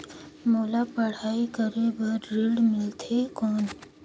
मोला पढ़ाई करे बर ऋण मिलथे कौन?